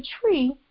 tree